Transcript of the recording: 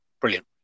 Brilliant